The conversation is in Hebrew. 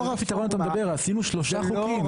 עשינו שלושה חוקים.